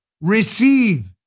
Receive